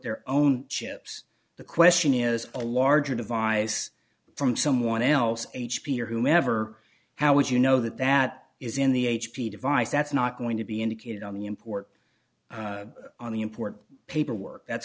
their own chips the question is a larger device from someone else h p or whomever how would you know that that is in the h p device that's not going to be indicated on the import on the import paperwork that's